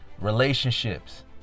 Relationships